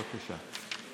בבקשה.